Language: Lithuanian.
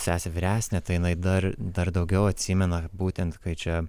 sesė vyresnė tai jinai dar dar daugiau atsimena būtent kai čia